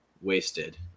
wasted